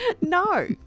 No